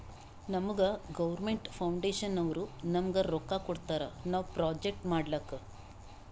ನಮುಗಾ ಗೌರ್ಮೇಂಟ್ ಫೌಂಡೇಶನ್ನವ್ರು ನಮ್ಗ್ ರೊಕ್ಕಾ ಕೊಡ್ತಾರ ನಾವ್ ಪ್ರೊಜೆಕ್ಟ್ ಮಾಡ್ಲಕ್